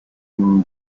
non